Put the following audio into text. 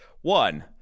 One